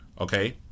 okay